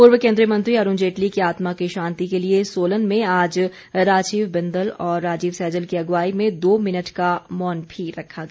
पूर्व केन्द्रीय मंत्री अरूण जेटली की आत्मा की शांति के लिए सोलन में आज राजीव बिंदल व राजीव सैजल की अगुवाई में दो मिनट का मौन भी रखा गया